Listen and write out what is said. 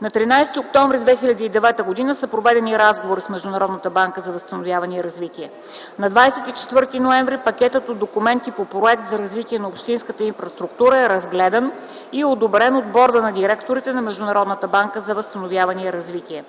На 13 октомври 2009 г. са проведени разговори с Международната банка за възстановяване и развитие. На 24 ноември 2009 г. пакетът от документите по „Проект за развитие на общинската инфраструктура” е разгледан и одобрен от Борда на директорите на Международната банка за възстановяване и развитие.